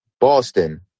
Boston